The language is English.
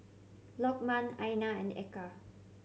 Lokman Aina and Eka